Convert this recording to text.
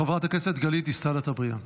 חברת הכנסת גלית דיסטל אטבריאן.